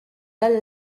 del